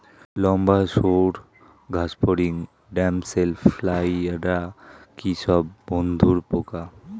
লম্বা সুড় ঘাসফড়িং ড্যামসেল ফ্লাইরা কি সব বন্ধুর পোকা?